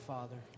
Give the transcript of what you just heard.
Father